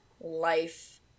life